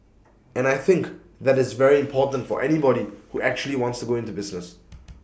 and I think that is very important for anybody who actually wants to go into business